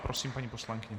Prosím, paní poslankyně.